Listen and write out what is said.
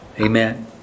Amen